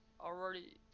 Already